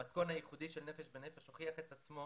המתכון הייחודי של "נפש בנפש" הוכיח את עצמו